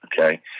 okay